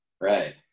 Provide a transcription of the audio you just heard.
Right